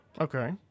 Okay